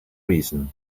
reason